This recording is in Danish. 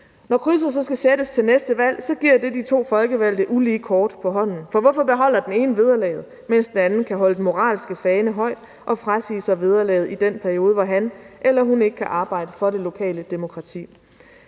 Når krydset så skal sættes til næste valg, giver det de to folkevalgte ulige kort på hånden, for hvorfor beholder den ene vederlaget, mens den anden kan holde den moralske fane højt og frasige sig vederlaget i den periode, hvor han eller hun ikke kan arbejde for det lokale demokrati?